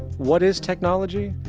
what is technology?